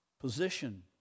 position